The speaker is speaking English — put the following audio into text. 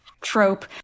trope